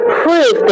proof